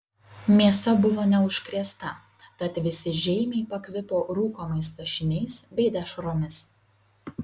mėsa buvo neužkrėsta tad visi žeimiai pakvipo rūkomais lašiniais bei dešromis